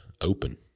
open